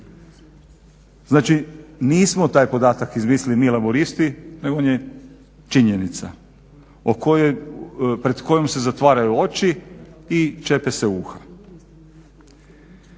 Znači nismo mi taj podatak izmislili Laburisti nego on je činjenica pred kojom se zatvaraju oči i čepe se uha.